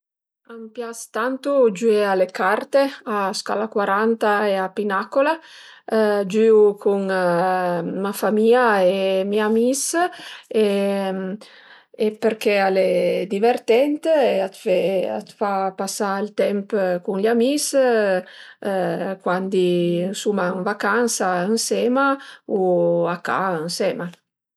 A m'pias tantu giüé a le carte, a scala cuaranta e a pinacola, giüu cun mia famìa e mi amis përché al e divertent e a të fa pasà ël temp cun gl'amis cuandi suma ën vacansa ënsema u a ca ënsema